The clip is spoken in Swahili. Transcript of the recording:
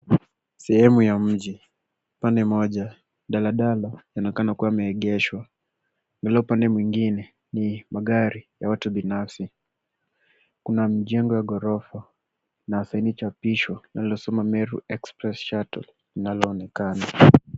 Sehemu ya mji. Upande mmoja, daladala yanaonekana kuwa yameegeshwa. Upande mwingine ni magari ya watu binafsi. Kuna mijengo ya ghorofa na saini chapisho inayosoma Meru express shuttle linalo onekana.